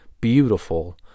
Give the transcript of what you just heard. beautiful